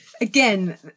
again